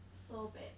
so bad